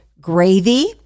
gravy